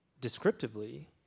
descriptively